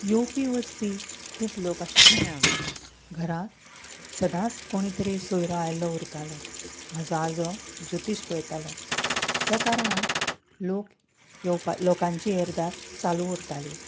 यवपी वचपी खूब लोक आशिल्लो घरांत सदांच कोणी तरी सोयरो आयल्लो उरतालो म्हजो आजो जोतीश पळेतालो त्या कारणान लोक यवपा लोकांचे येरदार चालू उरताली